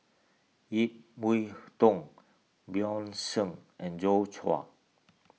Ip Yiu Tung Bjorn Shen and Joi Chua